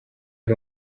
ari